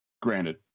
Granted